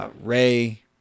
Ray